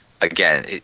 again